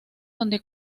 donde